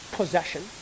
possession